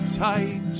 tight